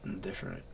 different